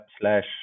slash